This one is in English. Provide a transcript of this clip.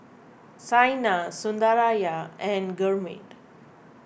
Saina Sundaraiah and Gurmeet